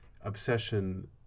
obsession